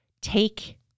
Take